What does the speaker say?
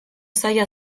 zaila